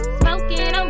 smoking